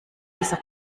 dieser